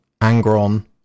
Angron